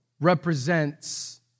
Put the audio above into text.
represents